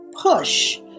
push